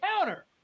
counter